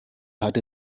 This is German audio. hat